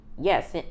yes